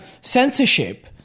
censorship